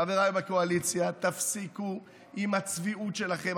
חבריי בקואליציה: תפסיקו עם הצביעות שלכם.